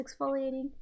exfoliating